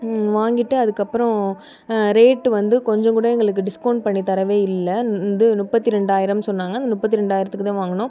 வாங்கிட்டு அதுக்கப்புறம் ரேட் வந்து கொஞ்சம் கூட எங்களுக்கு டிஸ்கவுண்ட் பண்ணி தரவே இல்லை இது முப்பத்தி ரெண்டாயிரம் சொன்னாங்க அந்த முப்பத்தி ரெண்டாயிரத்துக்கு தான் வாங்கினோம்